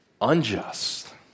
unjust